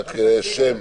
כן.